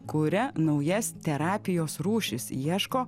kuria naujas terapijos rūšis ieško